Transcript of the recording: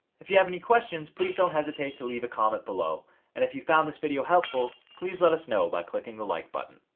if you have any questions please don't hesitate to leave a comment below and if you found this video helpful, please let us know by clicking the like button.